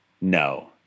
No